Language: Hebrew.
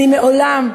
אני מעולם,